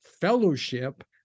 fellowship